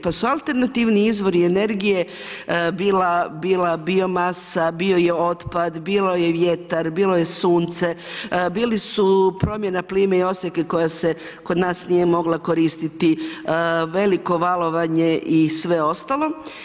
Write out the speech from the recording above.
Pa su alternativni izvori i energije, bila biomasa, bio je otpad, bilo je vjetar, bilo je sunce, bili su promjena plime i oseke, koja se kod nas nije mogla koristit, veliko valovanje i sve ostalo.